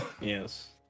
Yes